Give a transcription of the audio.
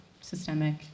systemic